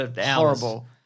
horrible